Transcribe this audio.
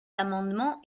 amendement